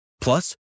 Plus